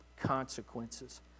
consequences